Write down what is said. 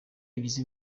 agize